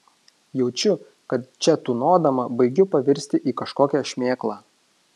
jaučiu kad čia tūnodama baigiu pavirsti į kažkokią šmėklą